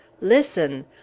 listen